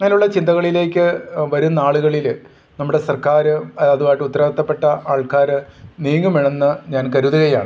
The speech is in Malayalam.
അങ്ങനെയുള്ള ചിന്തകളിലേക്ക് വരുന്ന ആളുകളിൽ നമ്മുടെ സർക്കാർ അതുമായിട്ട് ഉത്തരവാദിത്തപ്പെട്ട ആൾക്കാർ നീങ്ങും വേണമെന്ന് ഞാൻ കരുതുകയാണ്